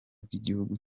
bw’igihugu